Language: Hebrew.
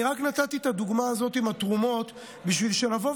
אני רק נתתי את הדוגמה הזאת עם התרומות בשביל שנבוא,